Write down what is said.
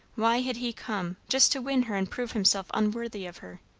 why had he come, just to win her and prove himself unworthy of her?